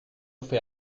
fait